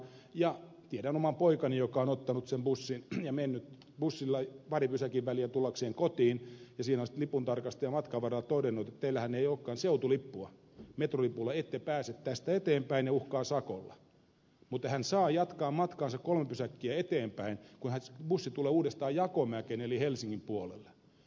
ja tiedän oman poikani joka on ottanut sen bussin ja mennyt bussilla pari pysäkinväliä tullakseen kotiin ja siinä on sitten lipuntarkastaja matkanvarrella todennut että teillähän ei olekaan seutulippua metrolipulla ette pääse tästä eteenpäin ja uhkaa sakolla mutta hän saa jatkaa matkaansa kolme pysäkkiä eteenpäin kun bussi tulee uudestaan jakomäkeen eli helsingin puolelle